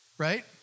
right